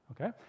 Okay